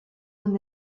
man